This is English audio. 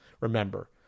remember